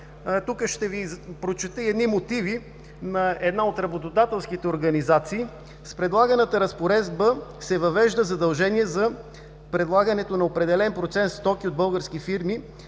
Ще Ви прочета мотиви на една от работодателските организации: „С предлаганата разпоредба се въвежда задължение за предлагането на определен процент стоки от български фирми